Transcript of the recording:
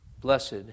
blessed